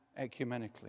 ecumenically